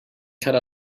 cut